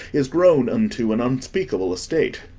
is grown into an unspeakable estate.